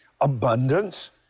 Abundance